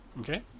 Okay